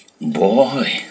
Boy